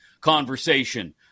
conversation